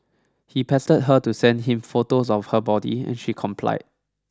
he pestered her to send him photos of her body and she complied